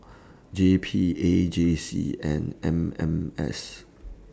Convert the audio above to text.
J P A J C and M M S